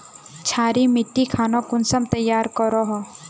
क्षारी मिट्टी खानोक कुंसम तैयार करोहो?